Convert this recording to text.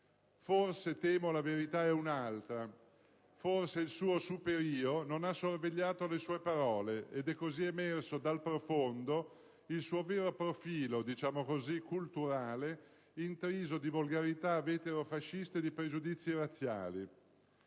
Forse, temo, la verità è un'altra: il suo super io non ha sorvegliato le sue parole e così è emerso dal profondo il suo vero profilo, diciamo così culturale, intriso di volgarità veterofasciste e di pregiudizi razziali.